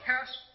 pass